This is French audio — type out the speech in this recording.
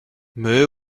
mais